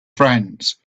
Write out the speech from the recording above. friends